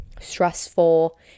stressful